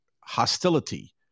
hostility